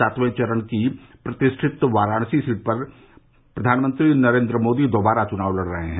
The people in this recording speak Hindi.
सातवें चरण की प्रतिष्ठित वराणसी सीट पर प्रधानमंत्री नरेन्द्र मोदी दोबारा चुनाव लड रहे है